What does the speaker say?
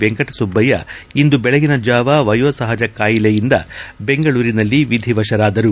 ವೆಂಕಟಸುಬ್ಲಯ್ನ ಅವರು ಇಂದು ಬೆಳಗಿನ ಜಾವ ವಯೋಸಹಜ ಕಾಯಿಲೆಯಿಂದ ಬೆಂಗಳೂರಿನಲ್ಲಿ ವಿಧಿವಶರಾದರು